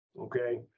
Okay